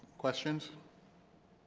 questions